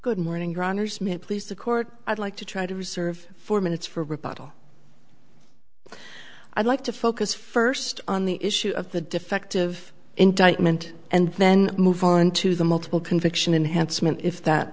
good morning runners please the court i'd like to try to reserve four minutes for reporter i'd like to focus first on the issue of the defective indictment and then move on to the multiple conviction in hanssen if that